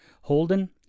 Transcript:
Holden